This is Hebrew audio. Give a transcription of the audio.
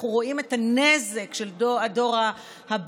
אנחנו רואים את הנזק של הדור הבא,